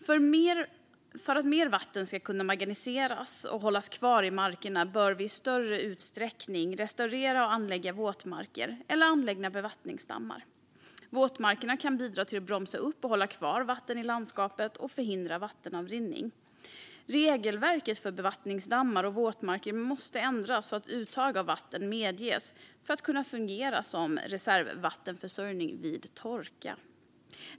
För att mer vatten ska kunna magasineras och hållas kvar i markerna bör vi i större utsträckning restaurera och anlägga våtmarker eller anlägga bevattningsdammar. Våtmarkerna kan bidra till att bromsa upp och hålla kvar vatten i landskapet och förhindra vattenavrinning. Regelverket för bevattningsdammar och våtmarker måste ändras så att uttag av vatten medges för att kunna fungera som reservvattenförsörjning vid torka.